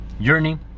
journey